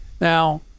now